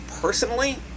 personally